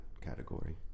category